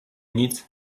nic